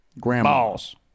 grandma's